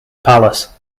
palace